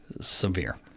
severe